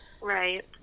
Right